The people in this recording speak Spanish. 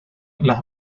las